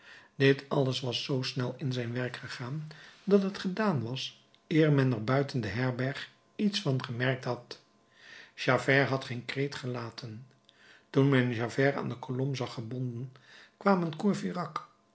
dit alles was zoo snel in zijn werk gegaan dat het gedaan was eer men er buiten de herberg iets van gemerkt had javert had geen kreet gelaten toen men javert aan de kolom zag gebonden kwamen